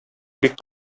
бик